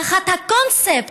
תחת הקונספט,